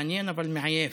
מעניין, אבל מעייף.